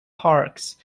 parks